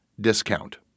discount